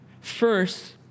First